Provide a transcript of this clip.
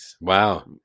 Wow